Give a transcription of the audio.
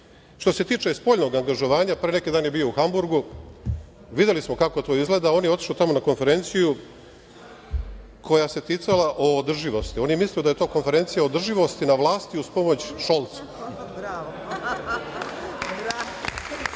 se tiče spoljnog angažovanja, pre neki dan je bio u Hamburgu. Videli smo kako to izgleda. On je otišao tamo na konferenciju koja se ticala održivosti. On je mislio da je to konferencija održivosti na vlasti uz pomoć Šolca.